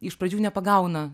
iš pradžių nepagauna